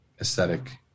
aesthetic